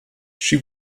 she